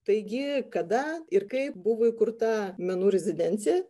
taigi kada ir kaip buvo įkurta menų rezidencija